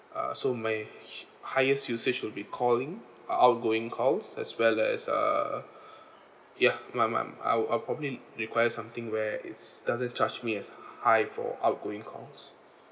uh so my highest usage will be calling outgoing calls as well as uh ya my my I'll I'll probably require something where it's doesn't charge me as high for outgoing calls